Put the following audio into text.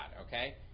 okay